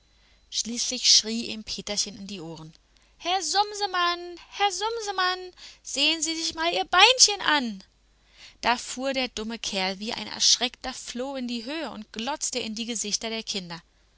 schließlich schrie ihm peterchen in die ohren herr sumsemann herr sumsemann sehn sie sich mal ihr beinchen an da fuhr der dumme kerl wie ein erschreckter floh in die höhe und glotzte in die gesichter der kinder